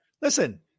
Listen